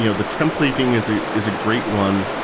you know the templating is a is a great one,